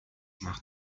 macht